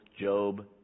Job